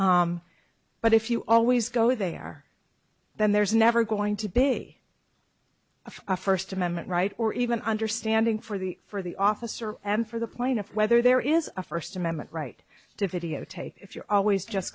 but if you always go they are then there's never going to be a first amendment right or even understanding for the for the officer and for the plaintiff whether there is a first amendment right to videotape if you're always just